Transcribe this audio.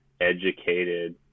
educated